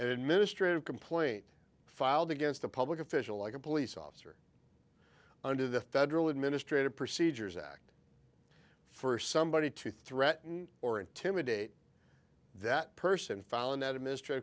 in ministry of complaint filed against a public official like a police officer under the federal administrative procedures act for somebody to threaten or intimidate that person found administrate